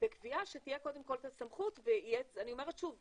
בקביעה שתהיה קודם כל את הסמכות ואני אומרת שוב,